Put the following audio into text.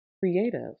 creative